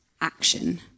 Action